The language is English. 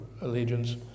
Allegiance